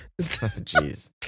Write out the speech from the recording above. Jeez